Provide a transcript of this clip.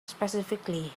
specifically